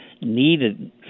needed